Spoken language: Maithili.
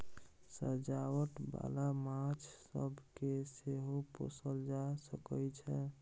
सजावट बाला माछ सब केँ सेहो पोसल जा सकइ छै